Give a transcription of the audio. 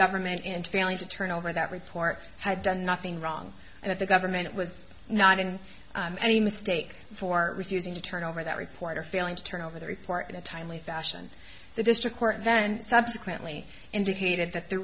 government and failing to turn over that report had done nothing wrong and that the government was not in any mistake for refusing to turn over that report or failing to turn over the report in a timely fashion the district court and subsequently indicated that the